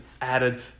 added